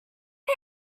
for